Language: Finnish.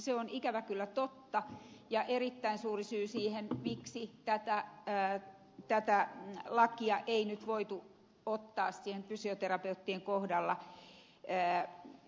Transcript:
se on ikävä kyllä totta ja erittäin suuri syy siihen miksi tätä lakia ei nyt voitu ottaa fysioterapeuttien kohdalla käyttöön